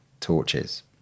torches